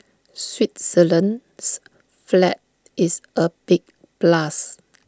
Switzerland's flag is A big plus